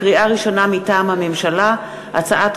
לקריאה ראשונה מטעם הממשלה: הצעת